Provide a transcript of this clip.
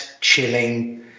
chilling